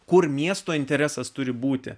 kur miesto interesas turi būti